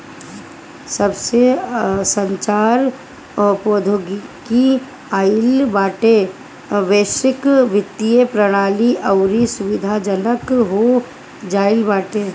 जबसे संचार प्रौद्योगिकी आईल बाटे वैश्विक वित्तीय प्रणाली अउरी सुविधाजनक हो गईल बाटे